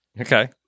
Okay